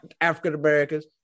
African-Americans